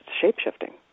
shape-shifting